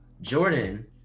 Jordan